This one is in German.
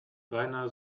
beinahe